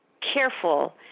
careful